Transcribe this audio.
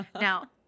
Now